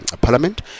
Parliament